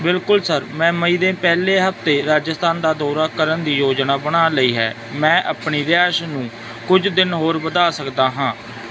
ਬਿਲਕੁਲ ਸਰ ਮੈਂ ਮਈ ਦੇ ਪਹਿਲੇ ਹਫ਼ਤੇ ਰਾਜਸਥਾਨ ਦਾ ਦੌਰਾ ਕਰਨ ਦੀ ਯੋਜਨਾ ਬਣਾ ਲਈ ਹੈ ਮੈਂ ਆਪਣੀ ਰਿਹਾਇਸ਼ ਨੂੰ ਕੁਝ ਦਿਨ ਹੋਰ ਵਧਾ ਸਕਦਾ ਹਾਂ